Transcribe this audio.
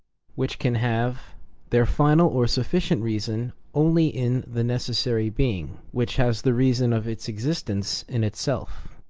which can have their final or sufficient reason only in the necessary being, which has the reason of its existence in itself.